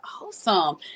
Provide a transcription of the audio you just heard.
awesome